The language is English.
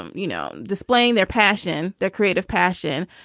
and you know, displaying their passion, their creative passion.